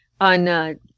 on